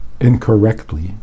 incorrectly